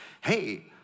hey